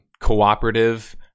cooperative